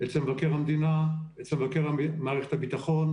אצל מבקר המדינה, אצל מבקר מערכת הביטחון,